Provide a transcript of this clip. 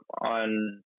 on